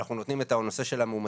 אנחנו נותנים את הנושא של המאומתים,